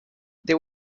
they